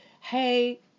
hey